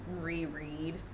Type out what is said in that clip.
reread